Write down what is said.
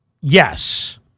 Yes